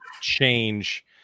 change